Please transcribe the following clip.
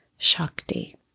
Shakti